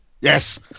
Yes